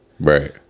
Right